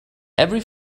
every